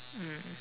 mm